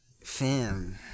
fam